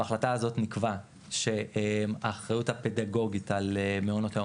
בהחלטה הזאת נקבע שהאחריות הפדגוגית על מעונות היום,